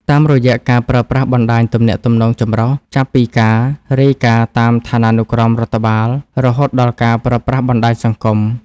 តាមរយៈការប្រើប្រាស់បណ្ដាញទំនាក់ទំនងចម្រុះ ចាប់ពីការរាយការណ៍តាមឋានានុក្រមរដ្ឋបាល រហូតដល់ការប្រើប្រាស់បណ្ដាញសង្គម។